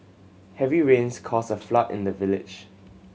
heavy rains caused a flood in the village